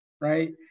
right